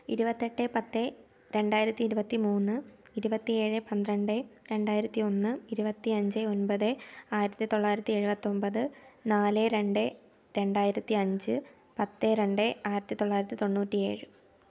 ഇരുപത്തിയെട്ട് പത്ത് രണ്ടായിരത്തി ഇരുപത്തി മൂന്ന് ഇരുപത്തി ഏഴ് പന്ത്രണ്ട് രണ്ടായിരത്തി ഒന്ന് ഇരുപത്തി അഞ്ച് ഒൻപത് ആയിരത്തി തൊള്ളായിരത്തി എഴുപത്തിയൊൻപത് നാല് രണ്ട് രണ്ടായിരത്തി അഞ്ച് പത്ത് രണ്ട് ആയിരത്തി തൊള്ളായിരത്തി തൊണ്ണൂറ്റി ഏഴ്